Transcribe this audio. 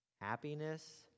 happiness